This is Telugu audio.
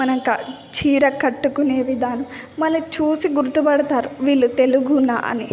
మన క చీర కట్టుకునే విధానం మనల్ని చూసి గుర్తుపడుతారు వీళ్ళు తెలుగునా అని